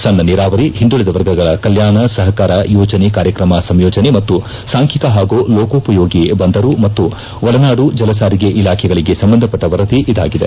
ಸಣ್ಣ ನೀರಾವರಿ ಹಿಂದುಳದ ವರ್ಗಗಳ ಕಲ್ಲಾಣ ಸಹಾರ ಯೋಜನೆ ಕಾರ್ಯಕ್ರಮ ಸಂಯೋಜನೆ ಮತ್ತು ಸಾಂಖ್ಯಿಕ ಹಾಗೂ ಲೋಕೋಪಯೋಗಿ ಬಂದರು ಮತ್ತು ಒಳನಾಡು ಜಲಸಾರಿಗೆ ಇಲಾಖೆಗಳಿಗೆ ಸಂಬಂಧಪಟ್ಟ ವರದಿ ಇದಾಗಿದೆ